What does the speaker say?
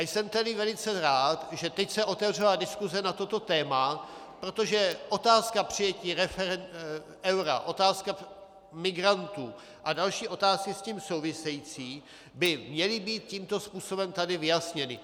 Jsem tedy velice rád, že teď se otevřela diskuse na toto téma, protože otázka přijetí eura, otázka migrantů a další otázky s tím související by měly být tímto způsobem tady vyjasněny.